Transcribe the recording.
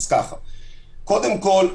קודם כול,